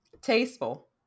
Tasteful